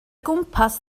gwmpas